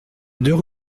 deux